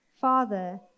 Father